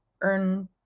earn